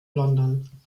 london